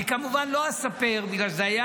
אני כמובן לא אספר, בגלל שזה היו